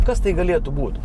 kas tai galėtų būt